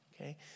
Okay